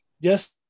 yes